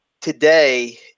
today